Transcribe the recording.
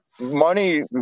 Money